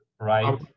right